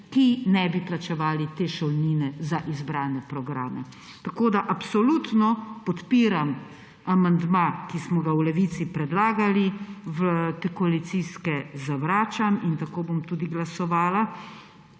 ki ne bi plačevali te šolnine za izbrane programe. Absolutno podpiram amandma, ki smo ga v Levici predlagali, koalicijske zavračam in tako bom tudi glasovala.